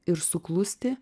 ir suklusti